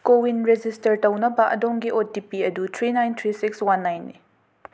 CoWIN register ꯇꯧꯅꯕ ꯑꯗꯣꯝꯒꯤ O T P ꯑꯗꯨ three nine three six one ꯅꯥꯏꯟꯅꯤ